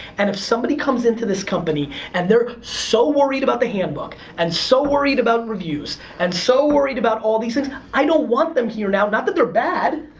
and if somebody comes into this company and they're so worried about the handbook, and so worried about reviews, and so worried about all these things, i don't want them here now. not that they're bad,